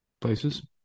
places